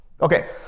Okay